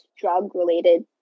drug-related